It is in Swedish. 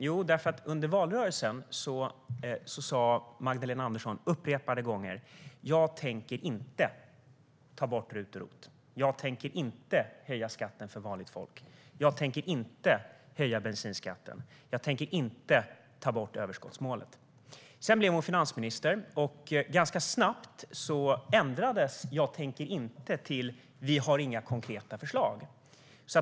Jo, därför att Magdalena Andersson upprepade gånger under valrörelsen sa: Jag tänker inte ta bort RUT och ROT. Jag tänker inte höja skatten för vanligt folk. Jag tänker inte höja bensinskatten. Jag tänker inte ta bort överskottsmålet. Sedan blev hon finansminister. Ganska snabbt ändrades "jag tänker inte" till "vi har inga konkreta förslag".